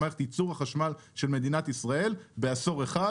את מערכת ייצור החשמל של מדינת ישראל בעשור אחר,